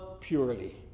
purely